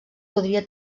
podria